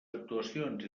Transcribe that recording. actuacions